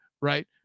right